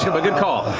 yeah but good call.